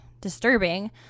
disturbing